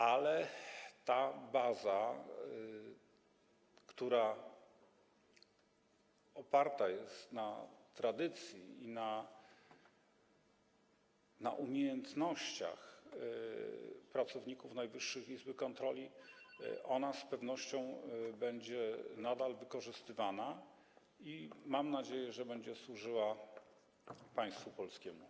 Ale ta baza, która oparta jest na tradycji i na umiejętnościach pracowników Najwyższej Izby Kontroli, z pewnością będzie nadal wykorzystywana i mam nadzieję, że będzie służyła państwu polskiemu.